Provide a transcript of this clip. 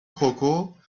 کوکو